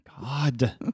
god